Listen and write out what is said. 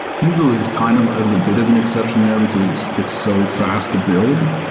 hugo is kind of of the bit of an exception there because it's it's so fast to build.